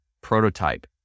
prototype